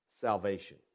salvation